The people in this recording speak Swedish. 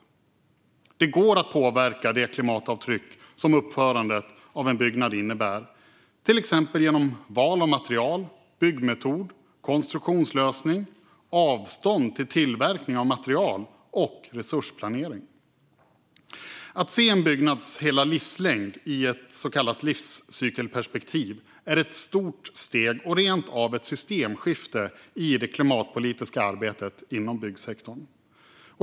Klimatdeklaration för byggnader Det går att påverka det klimatavtryck som uppförandet av en byggnad innebär till exempel genom val av material, byggmetod, konstruktionslösning, avstånd till tillverkning av material och resursplanering. Att se en byggnads hela livslängd i ett så kallat livscykelperspektiv är ett stort steg och rent av ett systemskifte i det klimatpolitiska arbetet inom byggsektorn.